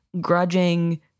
grudging